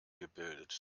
gebildet